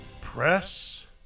Press